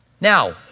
Now